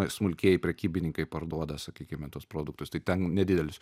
smulkieji prekybininkai parduoda sakykime tuos produktus tai ten nedidelis